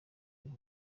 riha